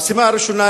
המשימה הראשונה,